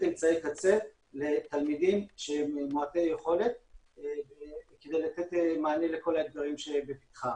אמצעי קצה לתלמידים שהם מעוטי יכולת כדי לתת מענה לכל האתגרים שלפתחם.